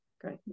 great